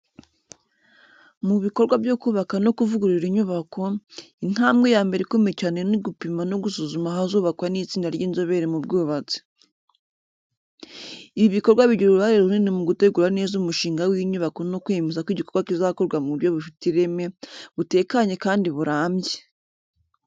Mu bikorwa byo kubaka no kuvugurura inyubako, intambwe ya mbere ikomeye cyane ni gupima no gusuzuma ahazubakwa n’itsinda ry’inzobere mu bwubatsi. Ibi bikorwa bigira uruhare runini mu gutegura neza umushinga w’inyubako no kwemeza ko igikorwa kizakorwa mu buryo bufite ireme, butekanye kandi burambye.